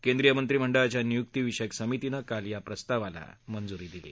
केंद्रीय मंत्रिमंडळाच्या नियुक्ती विषयक समितीने काल या प्रस्तावाला मंजुरी दिली